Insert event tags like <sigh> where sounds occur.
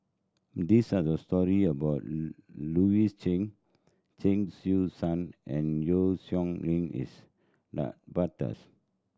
these are the story about Louis Chen Chen Su San and Yeo Song Nian is <unintelligible>